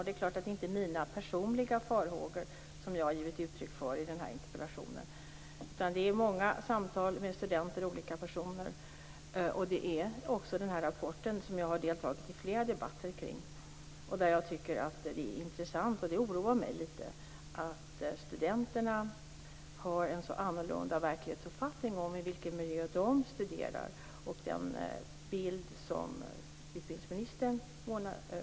Det är självfallet inte mina personliga farhågor som jag givit uttryck för i interpellationen, utan det är många samtal med studenter och andra, liksom rapporten som jag debatterat vid flera tillfällen, som ligger bakom. Något som är intressant och som oroar mig litet är att studenterna har en så annorlunda verklighetsuppfattning om i vilken miljö de studerar jämfört med den bild som utbildningsministern målar upp.